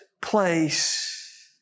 place